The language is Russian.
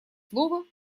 слово